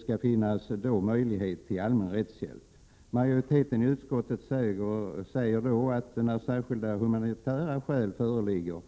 skall finnas möjlighet till allmän rättshjälp. Majoriteten i utskottet säger att rättshjälp kan komma i fråga då särskilda humanitära skäl föreligger.